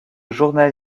journal